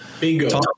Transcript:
Bingo